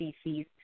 species